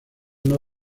uno